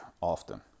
often